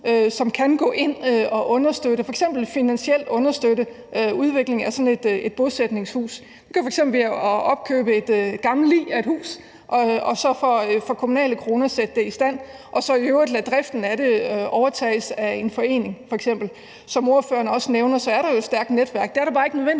som kan gå ind og understøtte, f.eks. finansielt understøtte, udviklingen af sådan et bosætningshus. Det kan f.eks. være ved at opkøbe et gammelt lig af et hus og så sætte det i stand for kommunale kroner – og så i øvrigt lade driften af det overtages af en forening. Som ordføreren også nævner, er der jo et stærkt netværk, men det er der bare ikke nødvendigvis